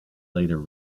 later